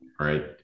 right